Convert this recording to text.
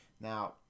Now